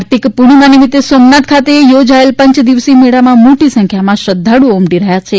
કાર્તિક પૂર્ણિમા નિમિત્ત સોમનાથ ખાતે યોજાયેલા પંચદિવસીય મેળામાં મોટી સંખ્યામાં શ્રદ્વાળુઓ ઉમટી રહ્યા છે